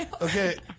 Okay